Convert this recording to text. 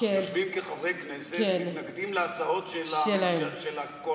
יושבים כחברי כנסת ומתנגדים להצעות של האופוזיציה.